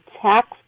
tax